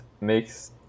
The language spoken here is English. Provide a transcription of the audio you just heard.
makes